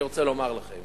אני רוצה לומר לכם